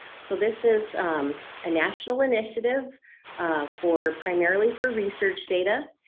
so this is a national initiative for primarily for research data